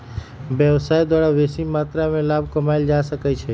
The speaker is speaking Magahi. व्यवसाय द्वारा बेशी मत्रा में लाभ कमायल जा सकइ छै